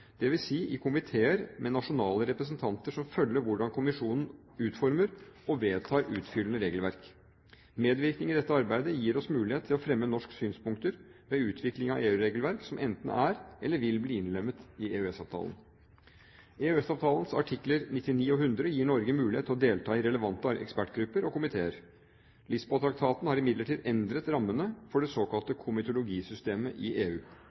si i komiteer med nasjonale representanter som følger hvordan kommisjonen utformer og vedtar utfyllende regelverk. Medvirkning i dette arbeidet gir oss mulighet til å fremme norske synspunkter ved utvikling av EU-regelverk som enten er eller vil bli innlemmet i EØS-avtalen. EØS-avtalens artikler 99 og 100 gir Norge mulighet til å delta i relevante ekspertgrupper og komiteer. Lisboa-traktaten har imidlertid endret rammene for det såkalte komitologisystemet i EU.